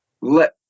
let